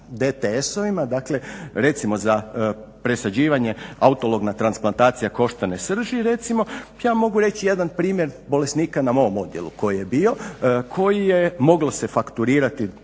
DTS-ovima dakle, recimo za presađivanje autologna transplantacija koštane srži recimo, ja mogu reći jedan primjer bolesnika na mom odijelu koji je bio, koji je moglo se fakturirati